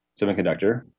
semiconductor